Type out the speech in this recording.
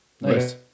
Nice